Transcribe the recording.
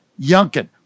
Yunkin